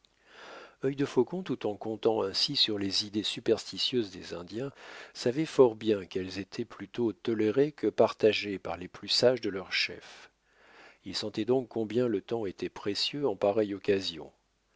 s'éloigner œil de faucon tout en comptant ainsi sur les idées superstitieuses des indiens savait fort bien qu'elles étaient plutôt tolérées que partagées par les plus sages de leurs chefs il sentait donc combien le temps était précieux en pareille occasion